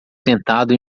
sentado